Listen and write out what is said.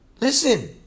Listen